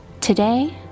Today